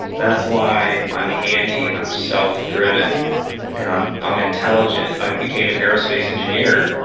that's why i'm handy and i'm self-driven and i'm i'm intelligent. i became an aerospace engineer.